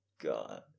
god